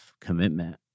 commitment